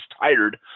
tired